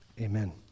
amen